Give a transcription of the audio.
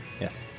Yes